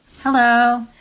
Hello